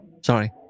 Sorry